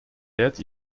wärt